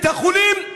את החולים,